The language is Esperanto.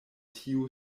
tiu